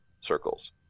circles